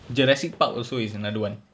jurassic park also is another one